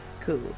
Cool